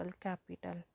capital